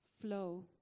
flow